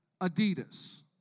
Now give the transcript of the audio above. Adidas